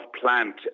plant